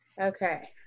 Okay